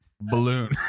Balloon